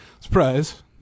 Surprise